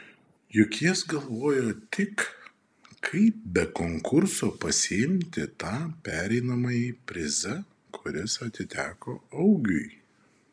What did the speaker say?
juk jis galvojo tik kaip be konkurso pasiimti tą pereinamąjį prizą kuris atiteko augiui